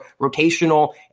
rotational